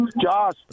Josh